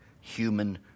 human